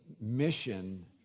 mission